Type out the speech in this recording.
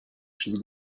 przez